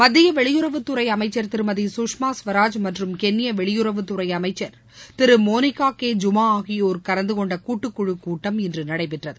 மத்திய வெளியுறவுத்துறை அமைச்சர் திருமதி சுஷ்மா ஸ்வராஜ் மற்றும் கென்யா வெளியுறவுத்துறை அமைச்சர் திரு மோனிகா கே ஜூமா ஆகியோர் கலந்துகொண்ட கூட்டுக்குழுக் கூட்டம் இன்று நடைபெற்றது